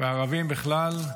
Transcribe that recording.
והערבים בכלל,